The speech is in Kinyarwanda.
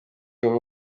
kava